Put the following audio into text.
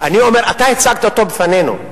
אני אומר, אתה הצגת אותו בפנינו.